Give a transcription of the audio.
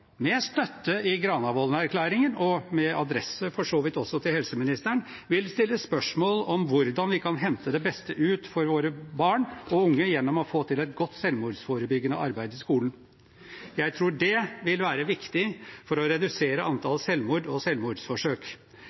med støtte i Granavolden-erklæringen og for så vidt også med adresse til helseministeren – vil stille spørsmål om hvordan vi kan hente det beste ut for våre barn og unge gjennom å få til et godt selvmordsforebyggende arbeid i skolen. Jeg tror det vil være viktig for å redusere antall selvmord og selvmordsforsøk.